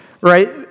right